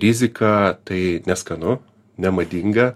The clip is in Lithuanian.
rizika tai neskanu nemadinga